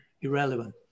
irrelevant